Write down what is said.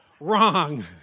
Wrong